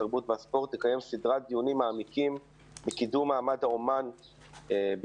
התרבות והספורט תקיים סדרת דיונים מעמיקים על קידום מעמד האומן בישראל.